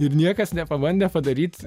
ir niekas nepabandė padaryt